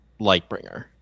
Lightbringer